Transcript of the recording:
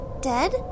dead